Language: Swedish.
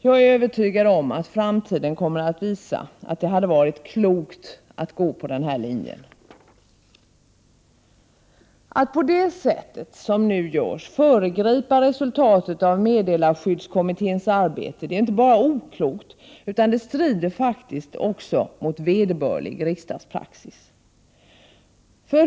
Jag är övertygad om att framtiden kommer att visa att det hade varit klokt att gå på denna linje. Att på det sätt som nu görs föregripa resultatet av meddelarskyddskommitténs arbete är inte bara oklokt, utan det strider också mot vederbörlig riksdagspraxis.